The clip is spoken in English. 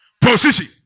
Position